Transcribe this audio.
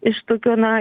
iš tokio na